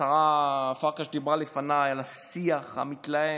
השרה פרקש דיברה לפניי על השיח המתלהם,